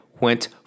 went